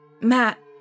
Matt